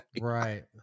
right